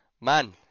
Man